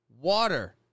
water